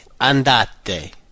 andate